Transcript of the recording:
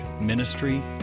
ministry